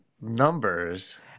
numbers